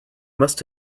must